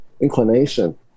inclination